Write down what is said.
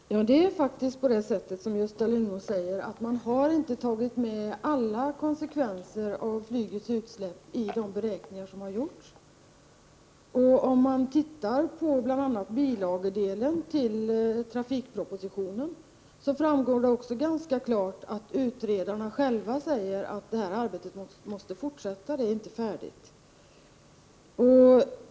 Fru talman! Det är faktiskt som Gösta Lyngå säger, att man inte har tagit med alla konsekvenser av flygets utsläpp i de beräkningar som gjorts. Om man studerar bilagedelen som fogats till trafikpropositionen framgår där ganska klart att utredarna själva säger att detta arbete måste fortsätta, eftersom det inte är färdigt.